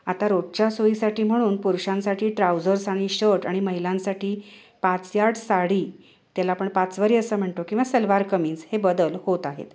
आता रोजच्या सोयीसाठी म्हणून पुरुषांसाठी ट्राउझर्स आणि शर्ट आणि महिलांसाठी पाच यार्ड साडी त्याला आपण पाचवारी असं म्हणतो किंवा सलवार कमीज हे बदल होत आहेत